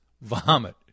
vomit